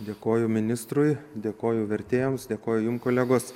dėkoju ministrui dėkoju vertėjams dėkoju jum kolegos